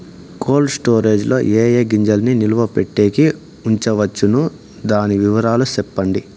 Cold storage లో ఏ ఏ గింజల్ని నిలువ పెట్టేకి ఉంచవచ్చును? దాని వివరాలు సెప్పండి?